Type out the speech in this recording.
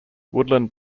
woodland